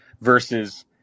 versus